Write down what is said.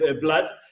blood